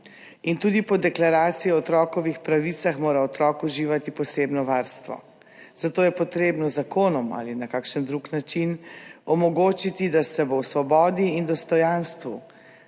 Tudi po Deklaraciji o otrokovih pravicah mora otrok uživati posebno varstvo, zato je treba z zakonom ali na kakšen drug način omogočiti, da se bo v svobodi in dostojanstvu